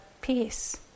peace